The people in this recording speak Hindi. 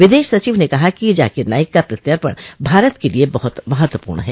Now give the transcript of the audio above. विदेश सचिव ने कहा कि जाकिर नाइक का प्रत्यर्पण भारत के लिए बहुत महत्वपूर्ण है